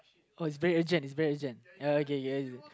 oh it's very urgent it's very urgent ya okay